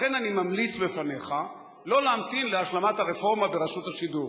לכן אני ממליץ בפניך לא להמתין להשלמת הרפורמה ברשות השידור,